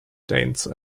dance